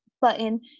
button